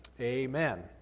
Amen